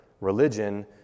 religion